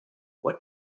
what